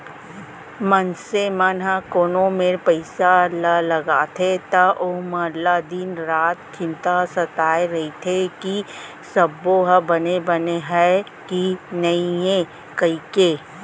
मनसे मन ह कोनो मेर पइसा ल लगाथे त ओमन ल दिन रात चिंता सताय रइथे कि सबो ह बने बने हय कि नइए कइके